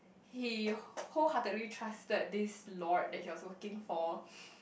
he wholeheartedly trusted this lord that he was working for